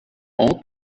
ort